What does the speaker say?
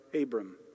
Abram